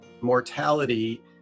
mortality